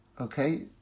okay